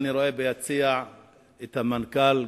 אני רואה כאן ביציע את המנכ"ל,